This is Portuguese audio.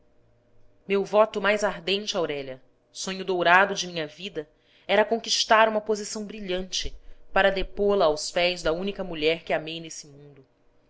meu voto mais ardente aurélia sonho dourado de minha vida era conquistar uma posição brilhante para depô la aos pés da única mulher que amei neste mundo